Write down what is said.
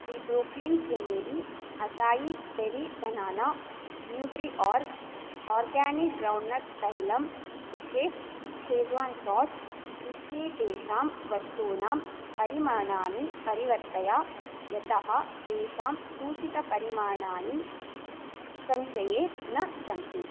the Brooklyn creamery acai berry banana Nutri Org organic groundnut तैलम् B Chef Szechuan sauce इत्येतेषां वस्तूनां परिमाणाणि परिवर्तय यतः तेषां सूचितपरिमाणानि सञ्चये न सन्ति